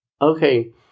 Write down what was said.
Okay